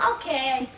Okay